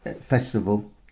festival